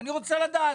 אני רוצה לדעת.